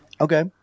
Okay